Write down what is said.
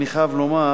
אני חייב לומר